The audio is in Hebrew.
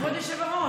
כבוד היושב-ראש,